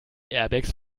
airbags